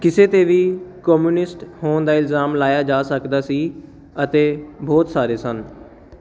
ਕਿਸੇ 'ਤੇ ਵੀ ਕਮਿਉਨਿਸਟ ਹੋਣ ਦਾ ਇਲਜ਼ਾਮ ਲਾਇਆ ਜਾ ਸਕਦਾ ਸੀ ਅਤੇ ਬਹੁਤ ਸਾਰੇ ਸਨ